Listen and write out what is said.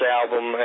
album